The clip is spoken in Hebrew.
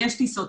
יש טיסות,